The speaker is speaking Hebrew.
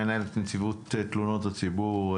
מנהלת נציבות תלונות הציבור,